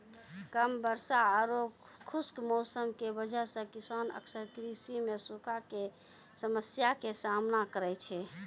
कम वर्षा आरो खुश्क मौसम के वजह स किसान अक्सर कृषि मॅ सूखा के समस्या के सामना करै छै